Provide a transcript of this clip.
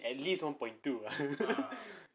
at least one point two lah